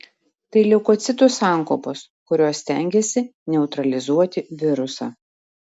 tai leukocitų sankaupos kurios stengiasi neutralizuoti virusą